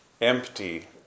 empty